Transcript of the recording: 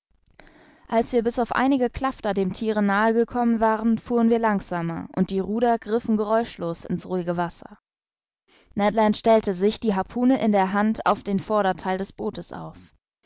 als wir bis auf einige klafter dem thiere nahe gekommen waren fuhren wir langsamer und die ruder griffen geräuschlos in's ruhige wasser ned land stellte sich die harpune in der hand auf dem vordertheil des bootes auf